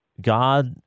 God